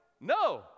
No